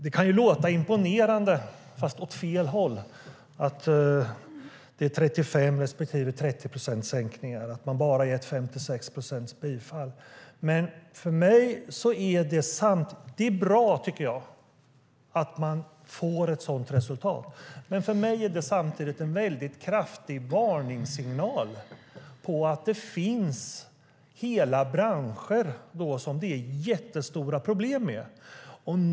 Det kan låta imponerande - fast åt fel håll - att det är 35 respektive 30 procents sänkning och att man bara gett 56 procents bifall. Det är bra att man får ett sådant resultat, men för mig är det samtidigt en kraftig varningssignal om att det finns hela branscher som det är stora problem med.